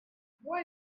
why